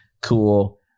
Cool